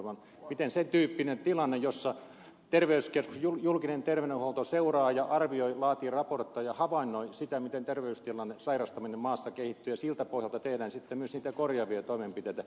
miten käy sen tyyppisen tilanteen jossa terveyskeskus julkinen terveydenhuolto seuraa ja arvioi laatii raportteja havainnoi sitä miten terveystilanne sairastaminen maassa kehittyy ja siltä pohjalta tehdään sitten myös niitä korjaavia toimenpiteitä